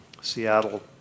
Seattle